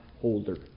holder